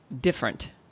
different